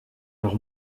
leur